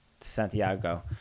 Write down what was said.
Santiago